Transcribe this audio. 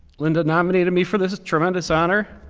linda nominated me for this tremendous honor.